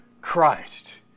Christ